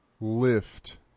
Lift